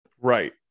Right